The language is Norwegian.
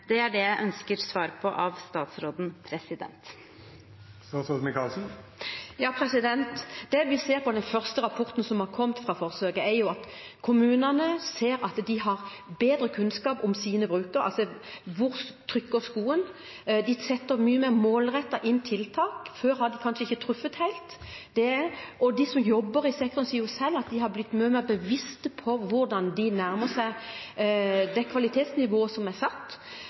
Det er det jeg ønsker svar på av statsråden. Det vi ser av den første rapporten som har kommet fra forsøket, er at kommunene ser at de har bedre kunnskap om sine brukere, altså hvor skoen trykker. De setter inn tiltak mye mer målrettet – før har de kanskje ikke truffet helt. Og de som jobber i sektoren, sier selv at de har blitt mye mer bevisst på hvordan de nærmer seg det kvalitetsnivået som er satt.